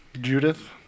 Judith